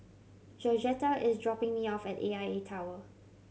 georgetta is dropping me off at A I A Tower